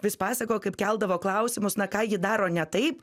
vis pasakojo kaip keldavo klausimus na ką ji daro ne taip